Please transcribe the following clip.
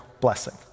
blessing